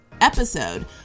episode